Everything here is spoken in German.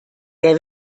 der